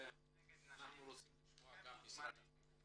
ואנחנו רוצים לשמוע גם את משרד החינוך.